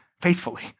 faithfully